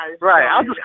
right